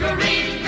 Green